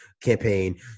campaign